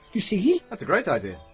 you see. that's a great idea.